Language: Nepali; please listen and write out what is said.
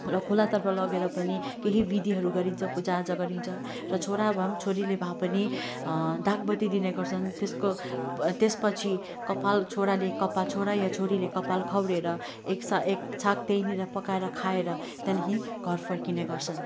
र खोलातर्फ लगेर पनि केही विधिहरू गरिन्छ पूजा आजा गरिन्छ र छोरा भए पनि छोरीले भए पनि दागबत्ती दिने गर्छन् त्यसको त्यसपछि कपाल छोराले कपाल छोरा या छोरीले कपाल खौरेर एकसा एकछाक त्यहीँनिर पकाएर खाएर त्यहाँदेखि घर फर्किने गर्छन्